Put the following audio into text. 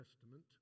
Testament